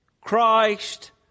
Christ